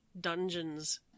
dungeons